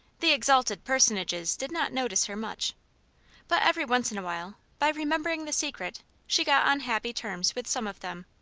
the exalted personages did not notice her much but every once in a while, by remembering the secret, she got on happy terms with some of them.